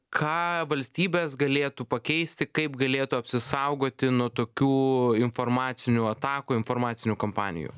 ką valstybės galėtų pakeisti kaip galėtų apsisaugoti nuo tokių informacinių atakų informacinių kampanijų